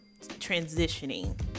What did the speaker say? transitioning